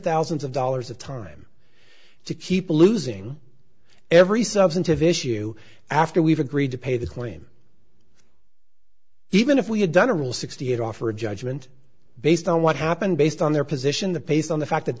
thousands of dollars of time to keep losing every substantive issue after we've agreed to pay the claim even if we had done a rule sixty eight offer a judgment based on what happened based on their position the paste on the fact that